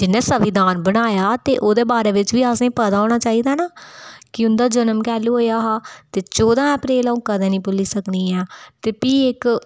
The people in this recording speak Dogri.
जि'न्नै संविधान बनाया हा ते ओह्दे बारै बिच्च असेंईं पता होना चाहिदा ना कि उं'दा जनम कैलू होएया हा ते चौदां अप्रैल आ'ऊं कदें नेईं भुल्ली सकनियां ते फ्ही इक